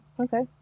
Okay